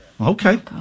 Okay